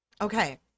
Okay